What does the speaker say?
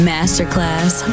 Masterclass